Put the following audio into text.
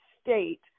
state